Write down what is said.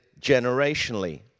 generationally